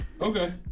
Okay